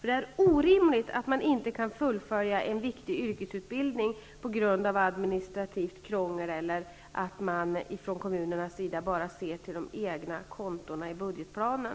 Det är orimligt att elever inte kan fullfölja en viktig yrkesutbildning på grund av administrativt krångel eller att kommunerna bara ser till de egna kontona i budgetplanen.